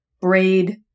braid